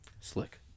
slick